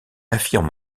affirme